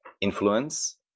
Influence